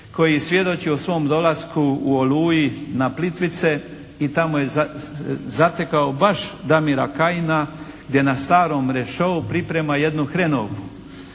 koji svjedoči o svom dolasku u "Oluji" na Plitvice i tamo je zatekao baš Damira Kajina gdje na starom rešou priprema jednu hrenovku.